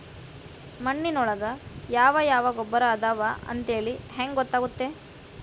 ಮಣ್ಣಿನೊಳಗೆ ಯಾವ ಯಾವ ಗೊಬ್ಬರ ಅದಾವ ಅಂತೇಳಿ ಹೆಂಗ್ ಗೊತ್ತಾಗುತ್ತೆ?